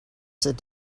sit